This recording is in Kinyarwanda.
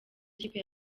kipe